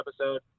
episode